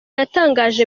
yatangaje